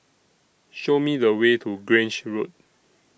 Show Me The Way to Grange Road